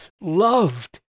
loved